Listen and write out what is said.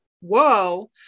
whoa